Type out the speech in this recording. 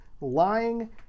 lying